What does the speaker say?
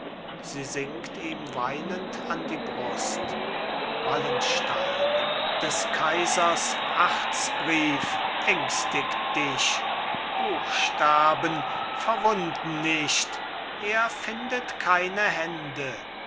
sie sinkt ihm weinend an die brust wallenstein des kaisers achtsbrief ängstigt dich buchstaben verwunden nicht er findet keine hände